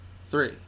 Three